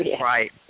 Right